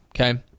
Okay